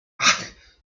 ach